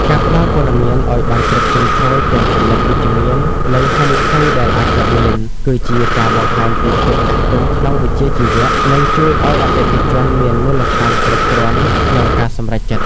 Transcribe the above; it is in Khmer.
ការផ្ដល់ព័ត៌មានឱ្យបានគ្រប់ជ្រុងជ្រោយទាំងចំណុចវិជ្ជមាន និងហានិភ័យដែលអាចកើតមាន គឺជាការបង្ហាញពីភាពចាស់ទុំក្នុងវិជ្ជាជីវៈ និងជួយឱ្យអតិថិជនមានមូលដ្ឋានគ្រប់គ្រាន់ក្នុងការសម្រេចចិត្ត។